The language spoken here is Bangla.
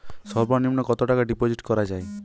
সর্ব নিম্ন কতটাকা ডিপোজিট করা য়ায়?